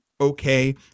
okay